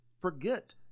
forget